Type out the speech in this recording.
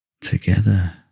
Together